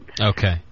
Okay